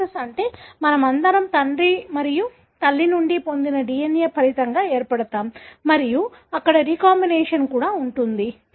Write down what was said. meiosis అంటే మనమందరం తండ్రి మరియు తల్లి నుండి పొందిన DNA ఫలితంగా ఏర్పడతాము మరియు అక్కడ రీకాంబినేషన్ కూడా ఉంటుంది